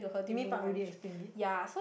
you mean Pak Rudy explain it